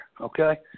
okay